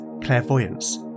Clairvoyance